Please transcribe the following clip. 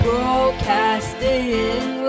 Broadcasting